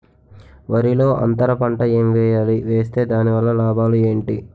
వరిలో అంతర పంట ఎం వేయాలి? వేస్తే దాని వల్ల లాభాలు ఏంటి?